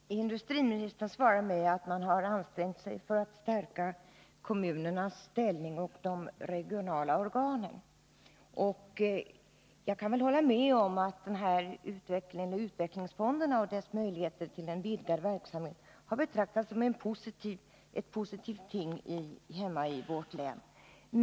Herr talman! Industriministern svarar mig att man har ansträngt sig för att stärka kommunernas och de regionala organens ställning. Jag kan väl hålla med om att utvecklingsfonderna och deras möjligheter att vidga sin verksamhet har betraktats i mitt hemlän som något positivt.